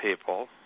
people